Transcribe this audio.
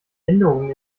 änderungen